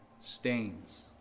stains